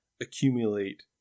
accumulate